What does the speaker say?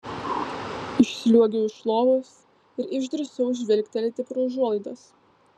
išsliuogiau iš lovos ir išdrįsau žvilgtelėti pro užuolaidas